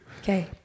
Okay